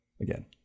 again